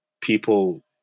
people